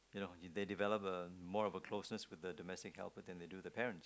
you know they developed a more of a closeness with the domestic helper than they do with the parents